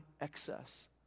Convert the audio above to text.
excess